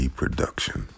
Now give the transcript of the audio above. production